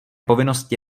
povinnosti